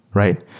right?